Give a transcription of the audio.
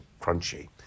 crunchy